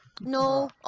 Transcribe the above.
No